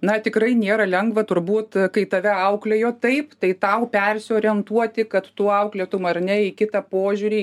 na tikrai nėra lengva turbūt kai tave auklėjo taip tai tau persiorientuoti kad tu auklėtum ar ne į kitą požiūrį